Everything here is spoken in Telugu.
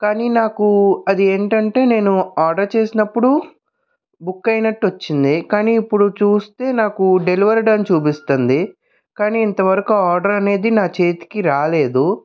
కానీ నాకు అది ఏంటంటే నేను ఆర్డర్ చేసినప్పుడు బుక్ అయినట్టు వచ్చింది కానీ ఇప్పుడు చుస్తే నాకు డెలివెర్డ్ అని చూపిస్తుంది కానీ ఇంత వరకు ఆర్డర్ అనేది నా చేతికి రాలేదు